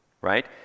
Right